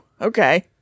okay